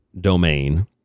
domain